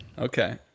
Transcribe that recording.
Okay